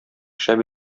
шәп